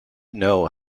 know